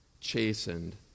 chastened